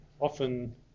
often